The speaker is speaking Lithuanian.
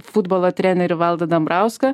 futbolo trenerį valdą dambrauską